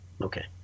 okay